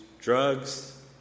drugs